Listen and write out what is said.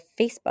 Facebook